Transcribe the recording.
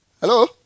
Hello